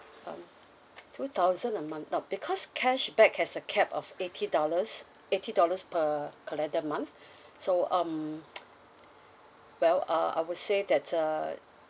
um two thousand a month no because cashback has a cap of eighty dollars eighty dollars per calendar month so um well uh I would say that uh